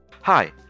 Hi